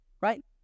right